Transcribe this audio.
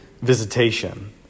visitation